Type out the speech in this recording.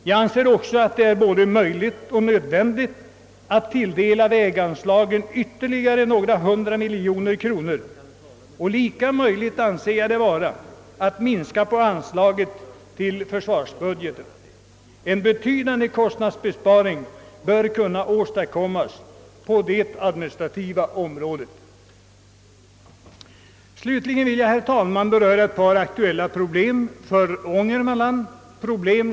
Jag anser det också vara både möjligt och nödvändigt att tillföra väganslagen ytterligare några hundra miljoner kronor. Och lika möjligt anser jag det vara att minska på anslagen i försvarsbudgeten. En betydande kostnadsbesparing bör kunna åstadkommas på det administrativa området. Slutligen vill jag, herr talman, beröra ett par för Ångermanland aktuella problem.